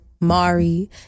Mari